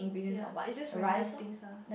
ya is just random things ah